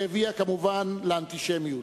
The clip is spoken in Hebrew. שהביאה כמובן לאנטישמיות,